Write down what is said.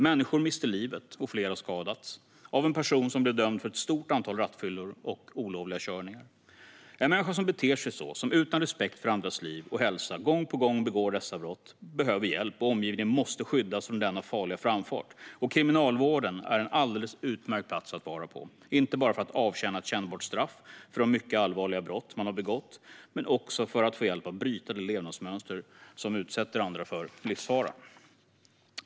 Människor miste livet och flera skadades av en person som blev dömd för ett stort antal rattfyllor och olovliga körningar. En människa som beter sig så, som utan respekt för andras liv och hälsa gång på gång begår sådana brott behöver hjälp, och omgivningen måste skyddas från denna farliga framfart. Kriminalvården är en alldeles utmärkt plats att vara på, inte bara för att avtjäna ett kännbart straff för de mycket allvarliga brott man har begått utan också för att få hjälp att bryta det levnadsmönster som utsätter andra för livsfara.